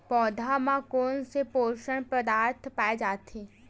पौधा मा कोन से पोषक पदार्थ पाए जाथे?